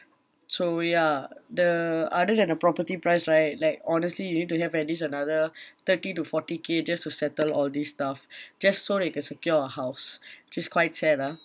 so ya the other than the property price right like honestly you need to have at least another thirty to forty K just to settle all these stuff just so that you can secure a house which is quite sad ah